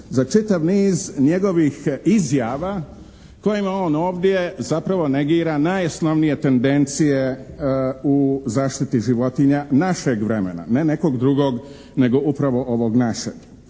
za čitav niz njegovih izjava kojima on ovdje zapravo negira najosnovnije tendencije u zaštiti životinja našeg vremena, ne nekog drugog nego upravo ovog našeg.